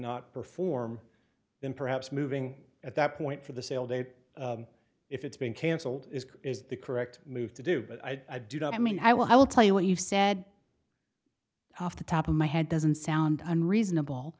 not perform then perhaps moving at that point for the sale date if it's been canceled is is the correct move to do but i do not i mean i will i will tell you what you've said off the top of my head doesn't sound unreasonable